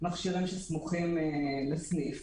מכשירים שסמוכים לסניף.